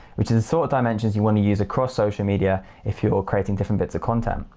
which are the sort of dimensions you want to use across social media if you're creating different bits of content,